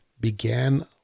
began